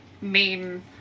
main